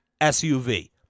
SUV